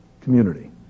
community